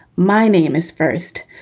my name is first.